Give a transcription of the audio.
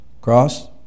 Cross